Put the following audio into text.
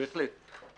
בהחלט.